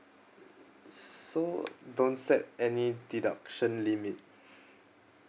so don't set any deduction limit